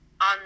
on